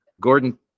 Gordon